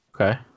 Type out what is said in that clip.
Okay